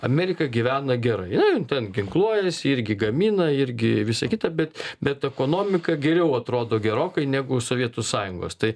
amerika gyvena gerai e jin ten ginkluojasi irgi gamina irgi visa kita bet bet ekonomika geriau atrodo gerokai negu sovietų sąjungos tai